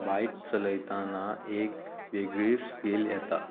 बायक चलयतना एक वेगळीच फील येता